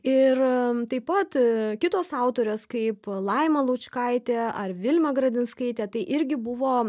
ir taip pat kitos autorės kaip laima laučkaitė ar vilma gradinskaitė tai irgi buvo